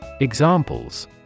Examples